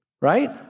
right